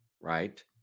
right